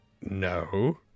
No